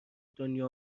دنیا